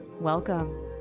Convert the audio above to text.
welcome